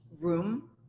room